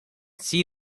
see